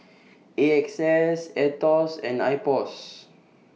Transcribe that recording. A X S Aetos and Ipos